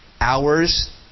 hours